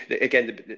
again